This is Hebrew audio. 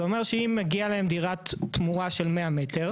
זה אומר שאם מגיעה להם דירת תמורה של 100 מ"ר.